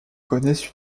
connaissent